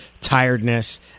tiredness